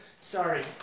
Sorry